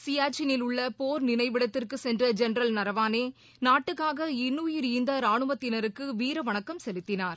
சியாச்சினில் உள்ளபோர் நினைவிடத்திற்குசென்றஜென்ரல் நரவானே நாட்டுக்காக இன்னுயிர் ஈந்தராணுவத்தினருக்குவீரவணக்கம் செலுத்தினார்